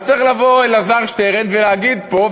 אז צריך לבוא אלעזר שטרן ולהגיב פה,